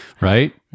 Right